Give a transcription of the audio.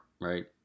right